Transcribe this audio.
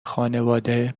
خانواده